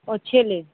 ও ছেলে